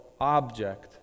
object